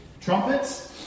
Trumpets